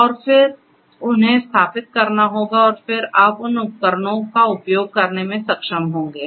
और फिर उन्हें स्थापित करना होगाऔर फिर आप उन उपकरणों का उपयोग करने में सक्षम होंगे